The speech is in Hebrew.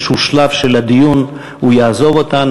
בשלב של הדיון הוא יעזוב אותנו.